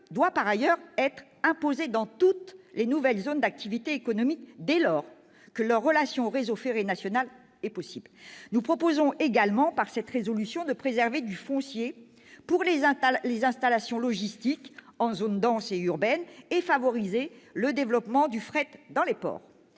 doit être imposée dans toutes les nouvelles zones d'activité économique, dès lors que leur relation au réseau ferré national est possible. Nous proposons également, par cette résolution, de préserver du foncier pour les installations logistiques en zones denses et urbaines et de favoriser le développement du fret dans les ports.